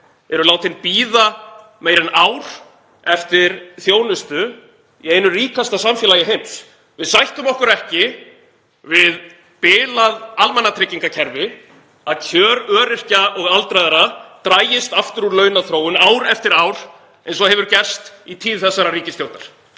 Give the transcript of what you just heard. eru látin bíða meira en ár eftir þjónustu í einu ríkasta samfélagi heims. Við sættum okkur ekki við bilað almannatryggingakerfi, að kjör öryrkja og aldraðra dragist aftur úr launaþróun ár eftir ár eins og gerst hefur í tíð þessarar ríkisstjórnar.